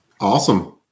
Awesome